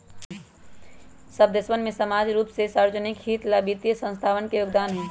सब देशवन में समान रूप से सार्वज्निक हित ला वित्तीय संस्थावन के योगदान हई